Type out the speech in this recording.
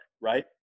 right